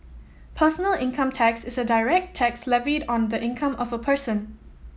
personal income tax is a direct tax levied on the income of a person